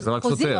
אבל זה רק סותר.